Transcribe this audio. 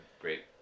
great